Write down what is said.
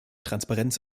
transparenz